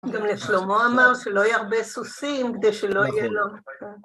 גם לשלמה אמר שלא ירבה סוסים, כדי שלא יהיה לו...